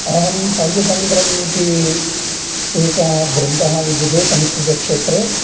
अहं पञ्चतन्त्रम् इति एकः ग्रन्थः विद्यते संस्कृतक्षेत्रे